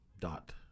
Dot